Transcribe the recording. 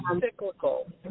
cyclical